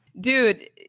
dude